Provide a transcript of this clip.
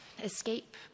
escape